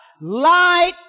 Light